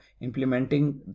implementing